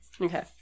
Okay